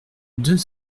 deux